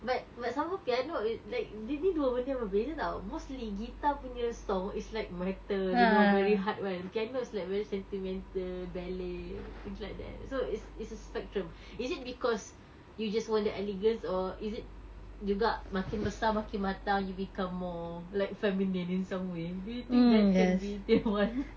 but but somehow piano i~ like ini dua benda yang berbeza [tau] mostly guitar punya song it's like metal you know very hard [one] piano is like very sentimental ballet things like that so it's it's a spectrum is it because you just want the elegance or is it juga makin besar makin matang you become more like feminine in some way do you think that can be that one